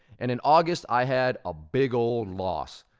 and in august, i had a big old loss,